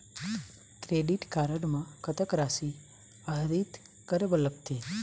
Credit card म कतक राशि आहरित करे बर लगथे?